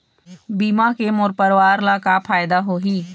बीमा के मोर परवार ला का फायदा होही?